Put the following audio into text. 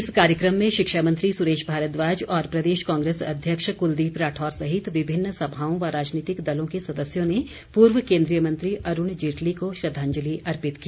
इस कार्यक्रम में शिक्षामंत्री सुरेश भारद्वाज और प्रदेश कांग्रेस अध्यक्ष कुलदीप राठौर सहित विभिन्न सभाओं व राजनीतिक दलों के सदस्यों ने पूर्व केन्द्रीय मंत्री अरूण जेटली को श्रद्वांजलि अर्पित की